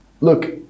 Look